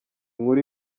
nkuru